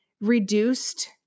reduced